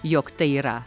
jog tai yra